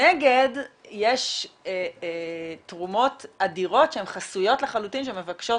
מנגד יש תרומות אדירות שהן חסויות לחלוטין שמבקשות